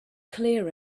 clear